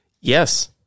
Yes